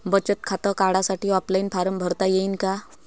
बचत खातं काढासाठी ऑफलाईन फारम भरता येईन का?